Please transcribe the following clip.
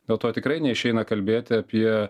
dėl to tikrai neišeina kalbėti apie